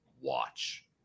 watch